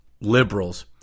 liberals